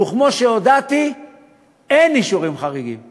כמה אופייני שדיון כזה על המאגר הביומטרי